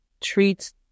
treats